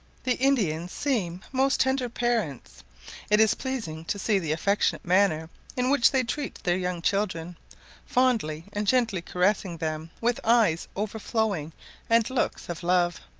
the indians seem most tender parents it is pleasing to see the affectionate manner in which they treat their young children fondly and gently caressing them with eyes overflowing and looks of love.